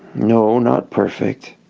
no not perfect,